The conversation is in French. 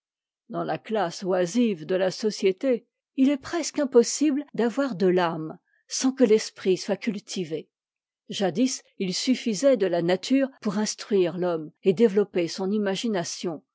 dans la classe oisive de la société il est presque impossible devoir de l'âme sans que l'esprit soit cu tivé jgdis il suffisait de la nature pour instruire l'homme et développer son imagination